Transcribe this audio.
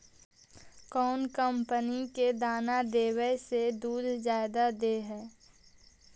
कौन कंपनी के दाना देबए से दुध जादा दे है?